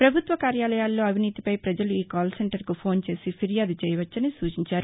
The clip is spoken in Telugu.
ప్రభుత్వ కార్యాలయాల్లో అవినీతిపై ప్రజలు ఈ కాల్సెంటర్కు ఫోన్ చేసి ఫిర్యాదు చేయవచ్చని సూచించారు